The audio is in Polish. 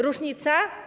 Różnica?